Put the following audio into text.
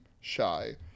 shy